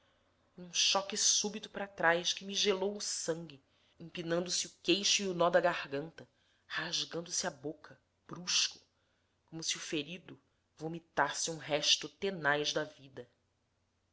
um choque súbito para trás que me gelou o sangue empinando se o queixo e o nó da garganta rasgando se a boca brusco como se o ferido vomitasse um resto tenaz da vida